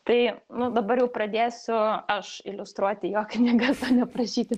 tai nu dabar jau pradėsiu aš iliustruoti jo knygas o ne prašyti